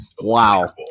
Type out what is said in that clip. Wow